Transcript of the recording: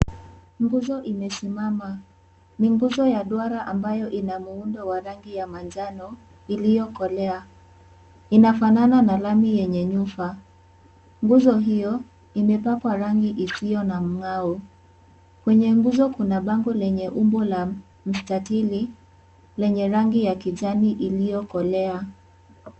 Nguzo imesimama, ni nguzo ya duara ambayo ina muundo wa rangi ya manjano iliyokolea . Inafanana na lami yenye nyufa. Nguzo hiyo imepakwa rangi isiyo na mngau , kwenye nguzo kuna bango lenye umbo la mstathili lenye rangi ya kijani iliyokolea .